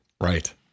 right